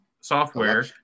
Software